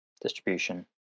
distribution